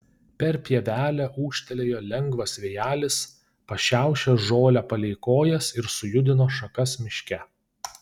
per pievelę ūžtelėjo lengvas vėjelis pašiaušė žolę palei kojas ir sujudino šakas miške